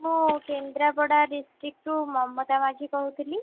ମୁଁ କେନ୍ଦ୍ରାପଡ଼ା ଡିଷ୍ଟ୍ରିକ୍ଟ୍ରୁ ମମତା ମାଝି କହୁଥିଲି